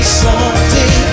someday